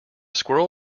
squirrel